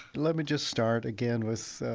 let me just start again with